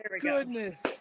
goodness